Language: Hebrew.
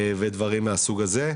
ודברים מהסוג הזה.